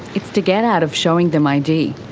it's to get out of showing them id.